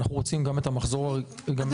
אנחנו רוצים גם את המחזור --- אנחנו